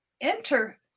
enter